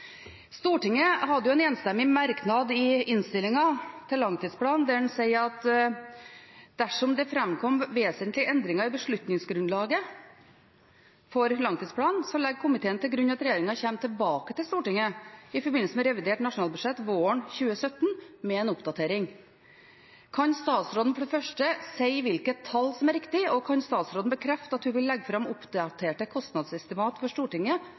Stortinget hadde en enstemmig merknad i innstillingen til langtidsplanen der en sier: «Dersom det fremkommer vesentlige endringer i beslutningsgrunnlaget, legger komiteen til grunn at regjeringen kommer tilbake til Stortinget i forbindelse med revidert nasjonalbudsjett våren 2017 med en oppdatering.» Kan statsråden for det første si hvilket tall som er riktig, og kan statsråden bekrefte at hun vil legge fram oppdaterte kostnadsestimat for Stortinget